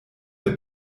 der